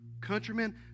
countrymen